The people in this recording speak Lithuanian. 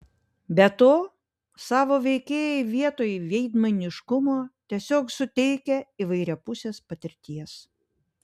be to savo veikėjai vietoj veidmainiškumo tiesiog suteikia įvairiapusės patirties